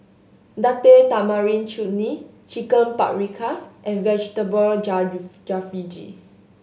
Date Tamarind Chutney Chicken Paprikas and Vegetable Jalfrezi